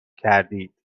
کردید